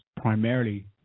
primarily